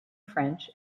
french